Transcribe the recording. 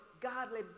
godly